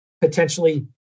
potentially